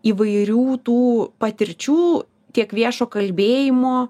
įvairių tų patirčių tiek viešo kalbėjimo